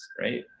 right